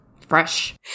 fresh